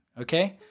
Okay